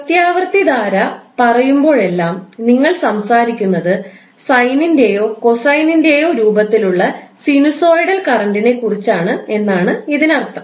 പ്രത്യാവർത്തിധാര പറയുമ്പോഴെല്ലാം നിങ്ങൾ സംസാരിക്കുന്നത് സൈനിന്റെയോ കോസൈനിന്റെയോ രൂപത്തിലുള്ള സിനുസോയ്ഡൽ കറന്റിനെക്കുറിച്ചാണ് എന്നാണ് ഇതിനർത്ഥം